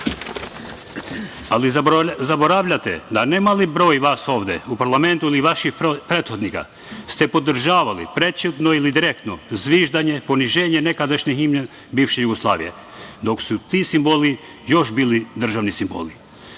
obaveza. Zaboravljate da ne mali broj vas ovde u parlamentu ili vaših prethodnika ste podržavali, prećutno ili direktno, zviždanje, poniženje nekadašnje himne bivše Jugoslavije dok su ti simboli još bili državni simboli.